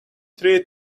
three